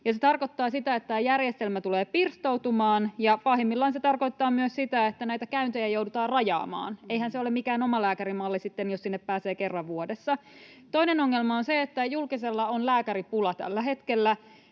se tarkoittaa sitä, että tämä järjestelmä tulee pirstoutumaan, ja pahimmillaan se tarkoittaa myös sitä, että näitä käyntejä joudutaan rajaamaan. Eihän se ole mikään omalääkärimalli sitten, jos sinne pääsee kerran vuodessa. Toinen ongelma on se, että julkisella on lääkäripula tällä hetkellä,